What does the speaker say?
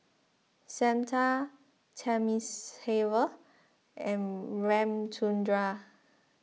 Santha Thamizhavel and Ramchundra